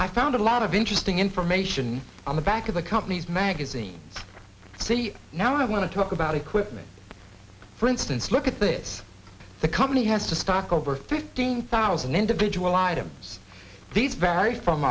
i found a lot of interesting information on the back of a company's magazine see now i want to talk about equipment for instance look at this the company has to start over fifteen thousand individual items these vary from